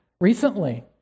recently